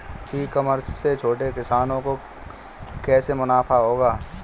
ई commerce से छोटे किसानों को कैसे मुनाफा होगा?